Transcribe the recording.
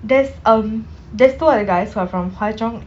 there's um there's two other guys who are from hwa chong